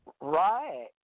Right